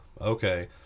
okay